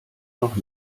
noch